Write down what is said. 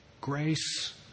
grace